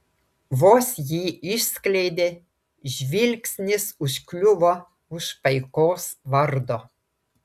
vos jį išskleidė žvilgsnis užkliuvo už paikos vardo